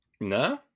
no